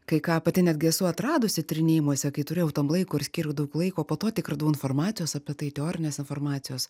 kai ką pati netgi esu atradusi tyrinėjimuose kai turėjau tam laiko ir skyriau daug laiko po to tik radau informacijos apie tai teorinės informacijos